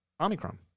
Omicron